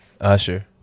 Usher